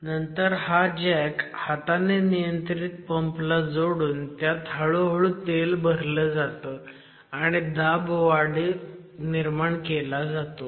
नंतर हा जॅक हाताने नियंत्रित पंप ला जोडून त्यात हळू हळू तेल भरलं जातं आणि दाब निर्माण केला जातो